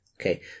Okay